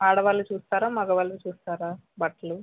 ఆడవాళ్ళవి చూస్తారా మగవాళ్ళవి చూస్తారా బట్టలు